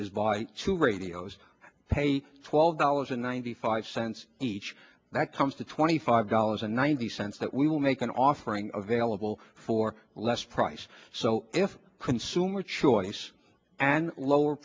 is buy two radios pay twelve dollars and ninety five cents each that comes to twenty five dollars and ninety cents that we will make an offering of vailable for less price so if consumer choice and lower